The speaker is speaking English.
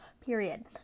Period